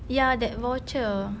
ya that voucher